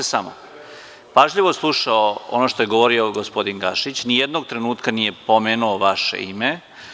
Ja sam pažljivo slušao ono što je govorio gospodin Gašić, ni jednog trenutka nije pomenuo vaše ime.